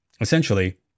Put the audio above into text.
Essentially